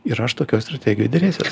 ir aš tokioj strategijoj derėsiuos